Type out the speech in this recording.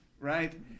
right